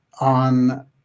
on